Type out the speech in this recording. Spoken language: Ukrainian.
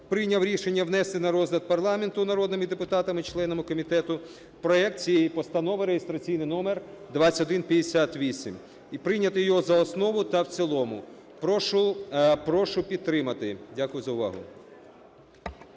прийняв рішення внести на розгляд парламенту народними депутатами членами комітету проект цієї Постанови реєстраційний номер 2158 і прийняти його за основу та в цілому. Прошу підтримати. Дякую за увагу.